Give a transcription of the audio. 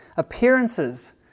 Appearances